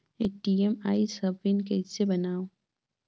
ATM आइस ह PIN कइसे बनाओ?